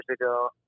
ago